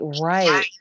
right